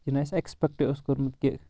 یہِ نہٕ اسہِ ایٚکٕسپیکٹے اوس کومُت کہِ